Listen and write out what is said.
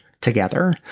together